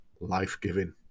life-giving